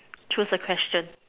choose a question